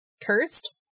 cursed